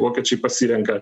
vokiečiai pasirenka